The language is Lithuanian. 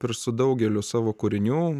ir su daugeliu savo kūrinių